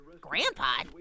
Grandpa